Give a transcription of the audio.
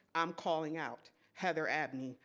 i'm calling out heather abney,